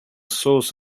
source